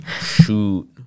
shoot